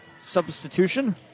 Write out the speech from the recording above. substitution